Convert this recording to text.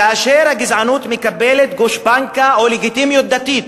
כאשר הגזענות מקבלת גושפנקה או לגיטימיות דתית,